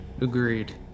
Agreed